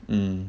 mm